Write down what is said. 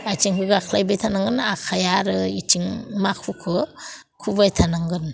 आथिंखौ गाख्लायबाय थानांगोन आखाया आरो बिथिं माखुखौ हुबाय थानांगोन